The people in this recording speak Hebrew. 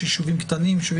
יש גם יישובים קטנים.